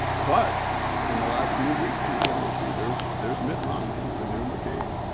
but in the last few weeks we suddenly see there's there's mitt romney, the new mccain.